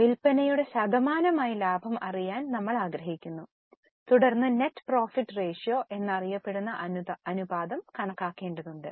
വിൽപ്പനയുടെ ശതമാനമായി ലാഭം അറിയാൻ നമ്മൾ ആഗ്രഹിക്കുന്നു തുടർന്ന് നെറ്റ് പ്രോഫിറ്റ് റേഷ്യോ എന്നറിയപ്പെടുന്ന അനുപാതം കണക്കാക്കേണ്ടതുണ്ട്